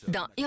Dans